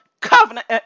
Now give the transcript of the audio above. covenant